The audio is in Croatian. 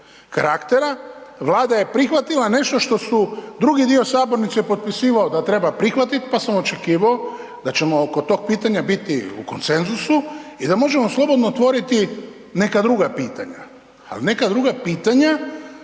karaktera Vlada je prihvatila nešto što su drugi dio sabornice potpisivao da treba prihvatiti pa sam očekivao da ćemo oko tog pitanja biti u konsenzusu i da možemo slobodno otvoriti neka druga pitanja. Ali neka druga pitanja